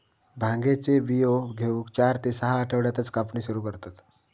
भांगेचे बियो घेऊक चार ते सहा आठवड्यातच कापणी सुरू करतत